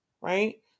Right